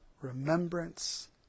remembrance